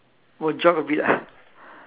oh jog a bit ah